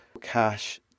cash